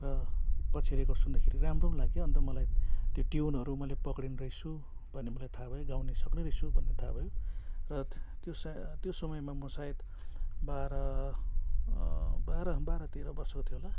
र पछि रेकर्ड सुन्दाखेरि राम्रो पो लाग्यो अन्त मलाई त्यो ट्युनहरू मैले पक्रिने रहेछु भन्ने मलाई थाहा भयो गाउने सक्ने रहेछु भनेर थाहा भयो र त्यो सा त्यो समयमा म सायद बाह्र बाह्र तेह्र वर्षको थिए होला